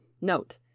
note